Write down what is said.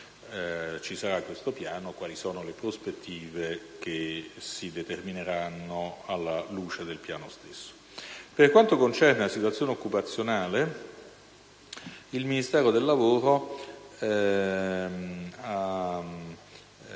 interpellanti quali sono le prospettive che si determineranno alla luce del piano stesso. Per quanto concerne la situazione occupazionale, il Ministero del lavoro ha